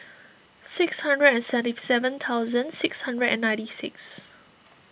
six hundred and seventy seven thousand six hundred and ninety six